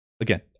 again